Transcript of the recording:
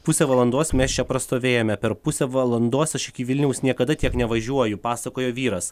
pusę valandos mes čia prastovėjome per pusę valandos aš iki vilniaus niekada tiek nevažiuoju pasakojo vyras